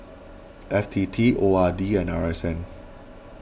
F T T O R D and R S N